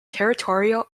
territorial